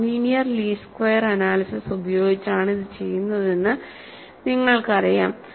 non linear least square analysis ഉപയോഗിച്ചാണ് ഇത് ചെയ്യുന്നതെന്ന് നിങ്ങൾക്കറിയാം